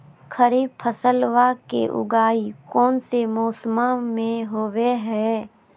खरीफ फसलवा के उगाई कौन से मौसमा मे होवय है?